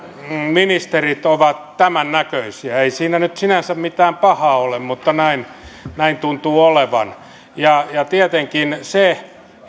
ministerit ovat tämännäköisiä ei siinä nyt sinänsä mitään pahaa ole mutta näin tuntuu olevan tietenkin se että